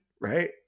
right